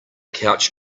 couch